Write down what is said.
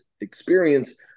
experience